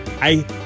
I-